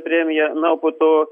premiją na o po to